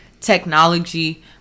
technology